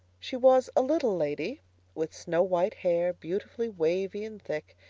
she was a little lady with snow-white hair beautifully wavy and thick,